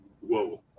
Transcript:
Whoa